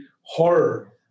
horror